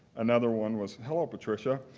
another one was, hello, patricia.